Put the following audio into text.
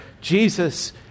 Jesus